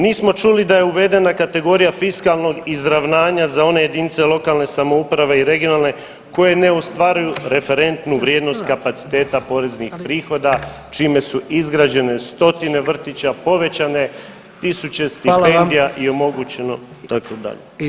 Nismo čuli da je uvedena kategorija fiskalnog izravnanja za one jedinice lokalne samouprave i regionalne koje ne ostvaruju referentnu vrijednost kapaciteta poreznih prihoda čime su izgrađene stotine vrtića, povećane tisuće stipendija [[Upadica: Hvala vam.]] i omogućeno, tako dalje.